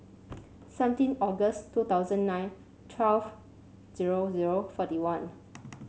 seventeen August two thousand nine twelve zero zero forty one